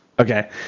Okay